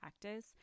practice